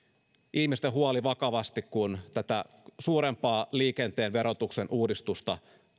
ihmisten huoli vakavasti kun tätä suurempaa liikenteen verotuksen uudistusta